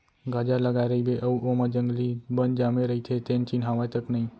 गाजर लगाए रइबे अउ ओमा जंगली बन जामे रइथे तेन चिन्हावय तक नई